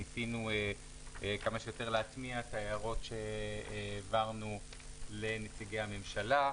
ניסינו כמה שיותר להטמיע את ההערות שהעברנו לנציגי הממשלה.